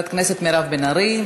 חברת הכנסת מירב בן ארי,